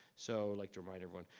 so like to remind everyone.